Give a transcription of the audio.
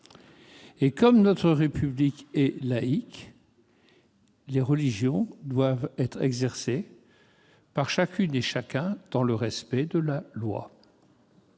Comme notre République est laïque, les religions doivent être exercées par chacune et chacun dans le respect de la loi.